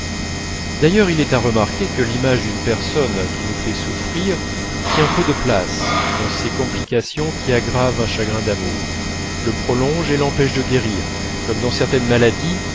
d'ailleurs il est à remarquer que l'image d'une personne qui nous fait souffrir tient peu de place dans ces complications qui aggravent un chagrin d'amour le prolongent et l'empêchent de guérir comme dans certaines maladies